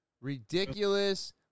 ridiculous